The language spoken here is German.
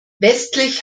westlich